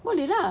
boleh lah